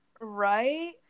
Right